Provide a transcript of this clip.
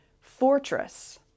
fortress